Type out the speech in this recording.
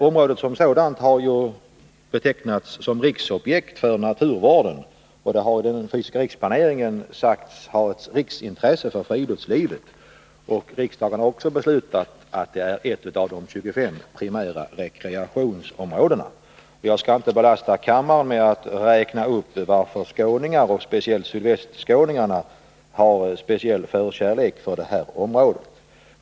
Området har betecknats som riksobjekt för naturvården, och i den fysiska riksplaneringen sägs det ha ett riksintresse för friluftslivet. Riksdagen har också beslutat att det är ett av de 25 primära rekreationsområdena. Jag skall inte belasta kammaren med att räkna upp skälen till att skåningar och framför allt sydvästskåningar har särskild förkärlek för detta område.